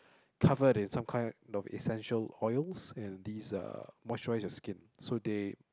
covered in some kind of essential oils and these uh moisturise your skin so they